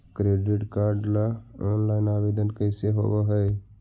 Credit card ल online आवेदन कैसे होब है?